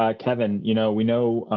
um kevin, you know, we know,